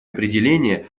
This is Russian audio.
определение